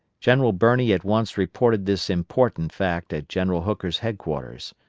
general birney at once reported this important fact at general hooker's headquarters.